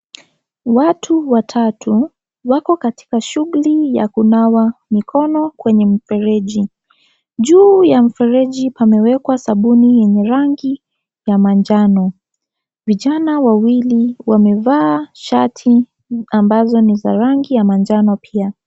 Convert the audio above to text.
Watu watatu wako katika shughuli ya kunawa mikono kwenye mfeleji. Juu ya mfeleji pamewekwa sabuni yenye rangi la manjano. Vijana wawili wamevaa shati ambazo ni za rangi ya manjano pia.